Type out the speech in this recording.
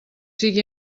sigui